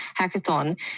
hackathon